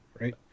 right